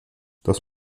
das